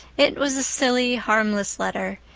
it was a silly, harmless letter,